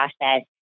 process